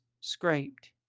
scraped